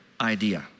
idea